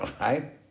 right